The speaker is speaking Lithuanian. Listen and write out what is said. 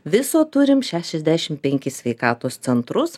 viso turim šešiasdešim penkis sveikatos centrus